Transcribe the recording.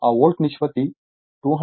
ఆ వోల్ట్ నిష్పత్తి 200400 ఇవ్వబడుతుంది